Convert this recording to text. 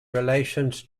relations